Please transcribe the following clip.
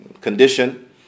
condition